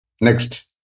Next